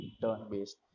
turn-based